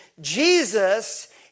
Jesus